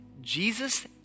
Jesus